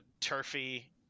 Turfy